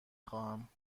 خواهم